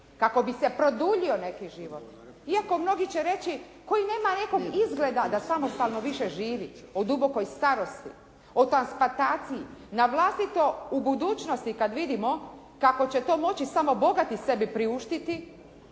kako bi se produljio neki život. Iako, mnogi će reći koji nema nekad izgleda da samostalno više živi u dubokoj starosti, o transplantaciji na vlastito u budućnosti kad vidimo kako će to moći samo bogati sebi priuštiti,